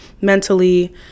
mentally